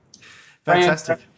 Fantastic